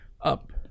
up